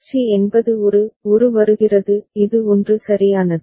C என்பது ஒரு ஒரு வருகிறது இது 1 சரியானது